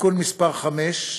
(תיקון מס' 5),